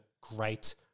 great